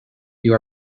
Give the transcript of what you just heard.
you